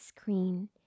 screen